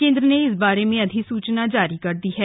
केंद्र ने इस बारे में अधिसूचना जारी कर दी है